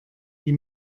die